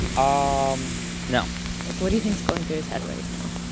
um no like, what do you think's going through his head right now?